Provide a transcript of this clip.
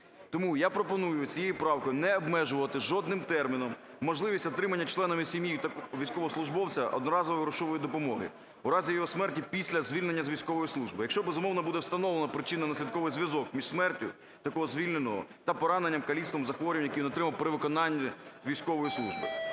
Тому я пропоную цією правкою не обмежувати жодним терміном можливість отримання членами сім'ї військовослужбовця одноразової службової допомоги у разі його смерті, після звільнення з військової служби, якщо, безумовно, буде встановлено причинно-наслідковий зв'язок між смертю такого звільненого та пораненням, каліцтвом, захворюванням, які він отримав при виконанні військової служби.